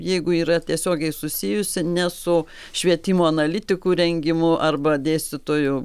jeigu yra tiesiogiai susijusi ne su švietimo analitikų rengimu arba dėstytojų